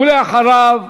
ולאחריו,